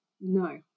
No